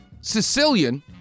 Sicilian